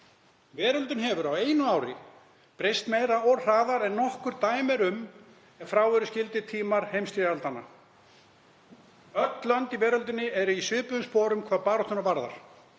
Veröldin hefur á einu ári breyst meira og hraðar en nokkur dæmi eru um ef frá eru skildir tímar heimsstyrjaldanna. Öll lönd í veröldinni eru í svipuðum sporum hvað baráttuna varðar.